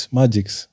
magics